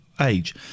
age